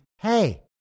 hey